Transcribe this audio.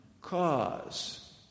cause